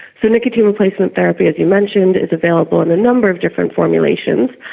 so nicotine replacement therapy, as you mentioned, is available in a number of different formulations.